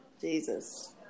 Jesus